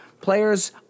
players